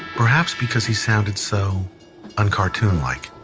perhaps because he sounded so uncartoon-like.